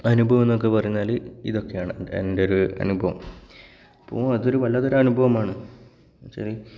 അനുഭവം എന്നൊക്കെപ്പറഞ്ഞാൽ ഇതൊക്കെയാണ് എൻ്റെ ഒരു അനുഭവം അപ്പോൾ അതൊരു വല്ലാത്തൊരു അനുഭവമാണ് എന്നു വച്ചാൽ